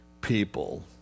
people